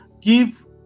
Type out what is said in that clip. give